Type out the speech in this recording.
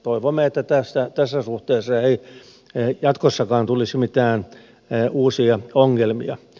toivomme että tässä suhteessa ei jatkossakaan tulisi mitään uusia ongelmia